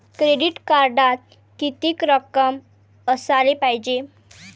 Credit कार्डात कितीक रक्कम असाले पायजे?